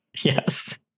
Yes